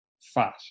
fat